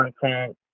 content